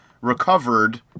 recovered